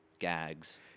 Gags